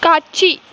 காட்சி